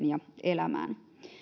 ja elämään